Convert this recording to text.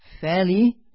fairly